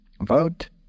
vote